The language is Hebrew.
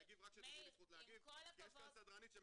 את תכבדי את זכות התגובה שלי.